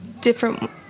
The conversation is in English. different